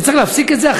שצריך להפסיק את זה,